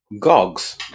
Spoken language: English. Gogs